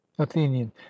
athenian